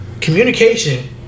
communication